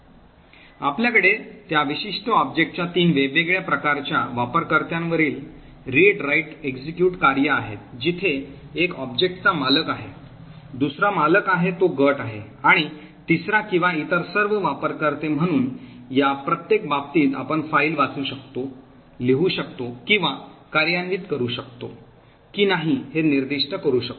आपल्याकडे त्या विशिष्ट ऑब्जेक्टच्या तीन वेगवेगळ्या प्रकारच्या वापरकर्त्यांवरील वाचन लेखन कार्यान्वित read write execute कार्ये आहेत जिथे एक ऑब्जेक्टचा मालक आहे दुसरा मालक आहे तो गट आहे आणि तिसरा किंवा इतर सर्व वापरकर्ते म्हणून या प्रत्येक बाबतीत आपण फाईल वाचू शकतो लिहू शकतो किंवा कार्यान्वित करू शकतो की नाही हे निर्दिष्ट करू शकतो